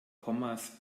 kommas